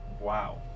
wow